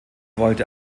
wollte